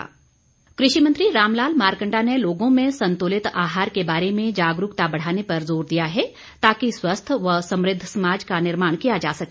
मारकंडा कृषि मंत्री रामलाल मारकंडा ने लोगों में संतुलित आहार के बारे में जागरूकता बढ़ाने पर जोर दिया है ताकि स्वस्थ व समृद्ध समाज का निर्माण किया जा सके